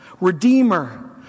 Redeemer